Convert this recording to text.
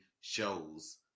shows